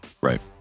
Right